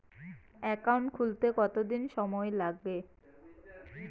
Account খুলতে কতদিন সময় লাগে?